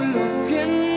looking